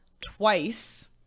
twice